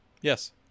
Yes